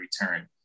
return